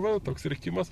va toks rėkimas